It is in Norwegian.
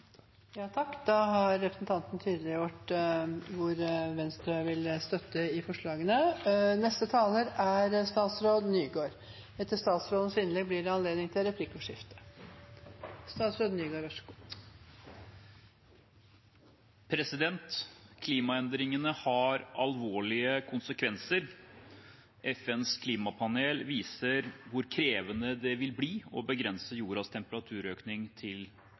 Da har representanten Ola Elvestuen tydeliggjort hvilke forslag Venstre vil støtte. Klimaendringene har alvorlige konsekvenser. FNs klimapanel viser hvor krevende det vil bli å begrense jordas temperaturøkning til